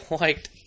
liked